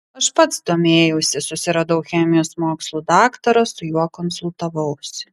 aš pats domėjausi susiradau chemijos mokslų daktarą su juo konsultavausi